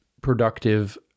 productive